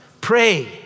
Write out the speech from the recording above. Pray